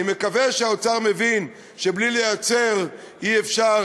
אני מקווה שהאוצר מבין שבלי לייצר אי-אפשר